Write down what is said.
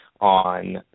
on